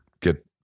get